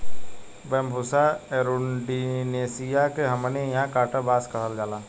Bambusa arundinacea के हमनी इन्हा कांटा बांस कहाला